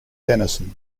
denison